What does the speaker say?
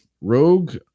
rogue